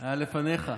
היה לפניך.